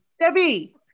Debbie